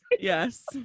yes